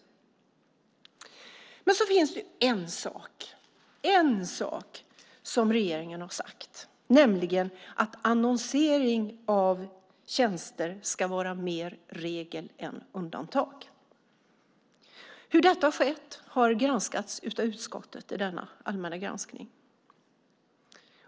Det finns en sak som regeringen har sagt, nämligen att annonsering av tjänster ska vara mer regel än undantag. Hur detta har skett har granskats av utskottet i denna allmänna granskning.